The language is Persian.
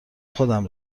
خودم